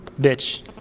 bitch